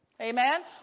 Amen